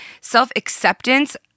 Self-acceptance